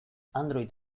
android